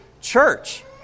church